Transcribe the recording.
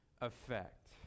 effect